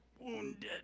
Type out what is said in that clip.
wounded